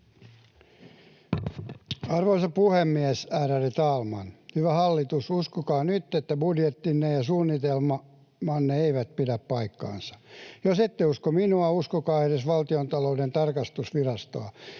Arvoisa puhemies, ärade talman! Hyvä hallitus, uskokaa nyt, että budjettinne ja suunnitelmanne eivät pidä paikkaansa. Jos ette usko minua, uskokaa edes Valtiontalouden tarkastusvirastoa.